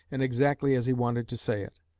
and exactly as he wanted to say it.